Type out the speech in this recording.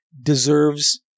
deserves